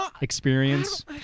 experience